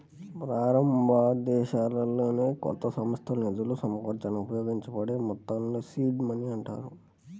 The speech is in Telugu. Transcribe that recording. ప్రారంభదశలోనే కొత్త సంస్థకు నిధులు సమకూర్చడానికి ఉపయోగించబడే మొత్తాల్ని సీడ్ మనీ అంటారు